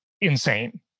insane